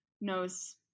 knows